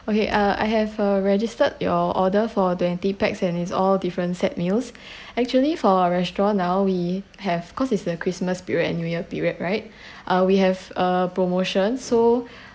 okay uh I have uh registered your order for twenty pax and is all different set meals actually for a restaurant now we have cause it's the christmas period and new year period right uh we have uh promotion so